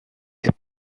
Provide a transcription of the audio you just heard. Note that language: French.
est